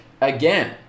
again